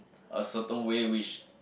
a certain way which